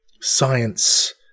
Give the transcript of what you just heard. science